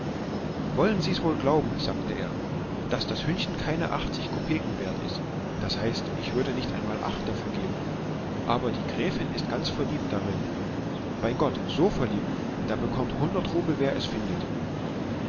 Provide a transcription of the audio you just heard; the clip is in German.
wollen sie's wohl glauben sagte er daß das hündchen keine achtzig kopeken wert ist das heißt ich würde nicht einmal acht dafür geben aber die gräfin ist ganz verliebt darein bei gott so verliebt und da bekommt hundert rubel wer es findet